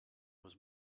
was